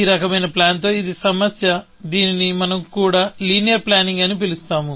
ఈ రకమైన ప్లాన్ తో ఇది ఒక సమస్య దీనిని మనం కూడా లీనియర్ ప్లానింగ్ అని పిలుస్తాము